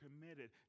committed